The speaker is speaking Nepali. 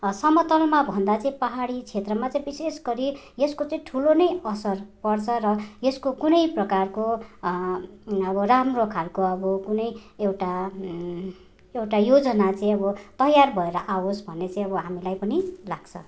समतलमा भन्दा चाहिँ पहाडी क्षेत्रमा चाहिँ विशेष गरी यसको चाहिँ ठुलो नै असर पर्छ र यसको कुनै प्रकारको अब राम्रो खाले अब कुनै एउटा एउटा योजना चाहिँ अब तयार भएर आओस् भन्ने चाहिँ अब हामीलाई पनि लाग्छ